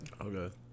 Okay